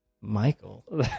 Michael